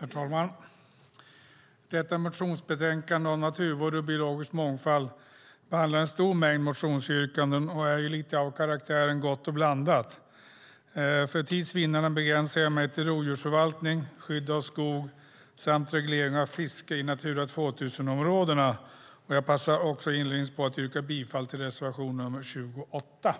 Herr talman! Detta motionsbetänkande om naturvård och biologisk mångfald behandlar en stor mängd motionsyrkanden och är lite av karaktären gott och blandat. För tids vinnande begränsar jag mig till rovdjursförvaltning, skydd av skog samt reglering av fiske i Natura 2000-områdena. Jag passar också inledningsvis på att yrka bifall till reservation nr 28.